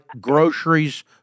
groceries